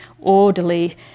orderly